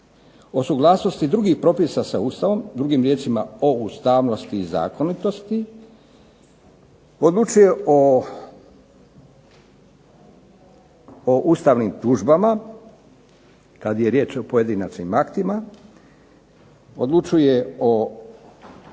o suglasnosti drugih propisa sa Ustavom, drugim riječima o ustavnosti i zakonitosti. Odlučuje o ustavnim tužbama kada je riječ o pojedinačnim aktima, odlučuje o ostvarivanju